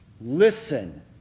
Listen